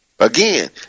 Again